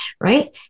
right